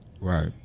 Right